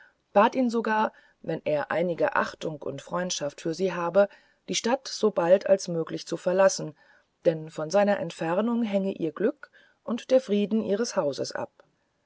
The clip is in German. bat ihn sogar wenn er einige achtung und freundschaft für sie habe die stadt sobald als möglich zu verlassen denn von seiner entfernung hänge ihr glück und der frieden ihres hauses ab